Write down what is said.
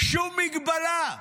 שום מגבלה.